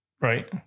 Right